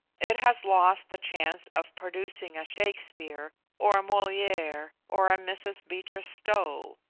it has lost the chance of producing a shakespeare, or a moliere, or a mrs. beecher-stowe.